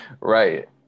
Right